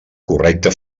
correcte